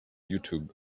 youtube